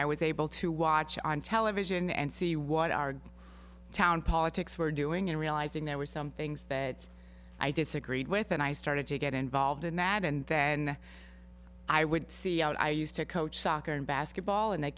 i was able to watch on television and see what our town politics were doing and realizing there were some things that i disagreed with and i started to get involved in that and then i would see out i used to coach soccer and basketball and the